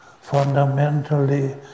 fundamentally